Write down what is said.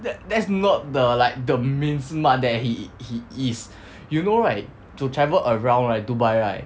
that that's not the like the main smart that he he is you know right to travel around like dubai right